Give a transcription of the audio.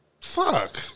Fuck